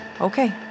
Okay